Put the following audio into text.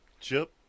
Chip